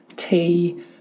tea